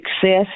success